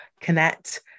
connect